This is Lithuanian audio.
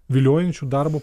viliojančių darbo